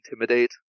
intimidate